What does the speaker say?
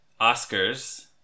Oscars